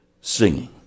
singing